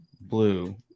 blue